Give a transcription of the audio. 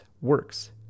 works